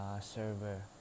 server